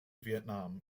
vietnam